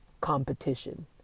competition